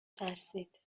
ترسید